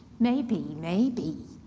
maybe, maybe,